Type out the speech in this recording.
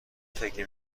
فکر